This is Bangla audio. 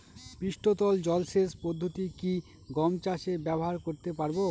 পৃষ্ঠতল জলসেচ পদ্ধতি কি গম চাষে ব্যবহার করতে পারব?